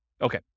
Okay